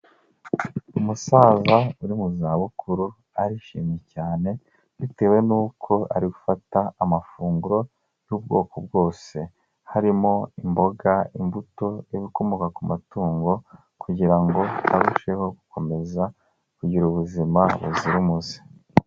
Umusaza uri mu za bukuru, arishimye cyane, bitewe nuko ari gufata amafunguro y'ubwoko bwose. Harimo imboga, imbuto, n'ibikomoka ku matungo, kugira ngo arusheho gukomeza, kugira ubuzima buzira umuze.